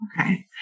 Okay